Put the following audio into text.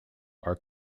are